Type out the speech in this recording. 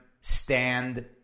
stand